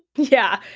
yeah,